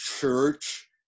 church